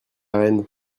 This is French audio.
rennes